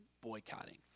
boycotting